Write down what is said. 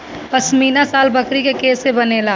पश्मीना शाल बकरी के केश से बनेला